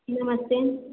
नमस्ते